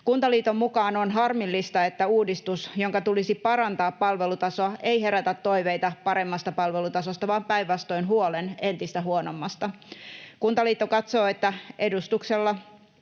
Kuntaliiton mukaan ”on harmillista, että uudistus, jonka tulisi parantaa palvelutasoa, ei herätä toiveita paremmasta palvelutasosta vaan päinvastoin huolen entistä huonommasta”. ”Kuntaliitto katsoo, että uudistuksella